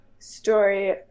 story